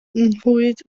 nghlwyd